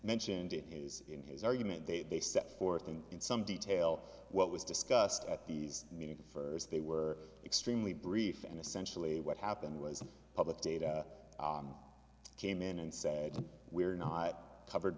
mentioned in his in his argument that they set forth and in some detail what was discussed at these meetings first they were extremely brief and essentially what happened was public data came in and said we're not covered